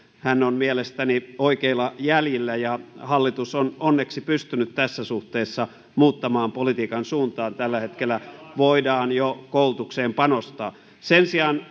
hän on mielestäni oikeilla jäljillä ja hallitus on onneksi pystynyt tässä suhteessa muuttamaan politiikan suuntaa ja tällä hetkellä voidaan jo koulutukseen panostaa sen sijaan